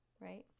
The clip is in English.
Right